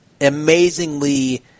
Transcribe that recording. amazingly